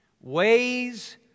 Ways